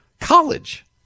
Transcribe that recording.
College